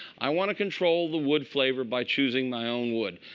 i want to control the wood flavor by choosing my own wood.